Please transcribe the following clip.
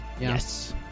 Yes